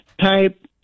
type